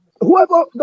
Whoever